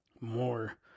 more